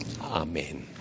Amen